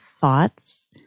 thoughts